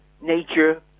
nature